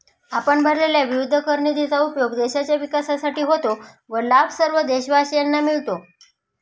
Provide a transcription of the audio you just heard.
आपण भरलेल्या विविध कर निधीचा उपयोग देशाच्या विकासासाठी होतो व लाभ सर्व देशवासियांना मिळतो